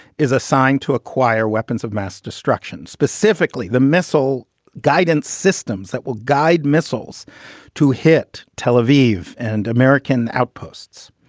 is assigned to acquire weapons of mass destruction, specifically the missile guidance systems that will guide missiles to hit tel-aviv and american outposts.